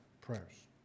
prayers